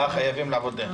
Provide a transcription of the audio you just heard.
אה, חייבים לעבוד בהם.